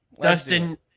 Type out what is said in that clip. dustin